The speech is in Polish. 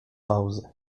pauzy